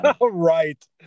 Right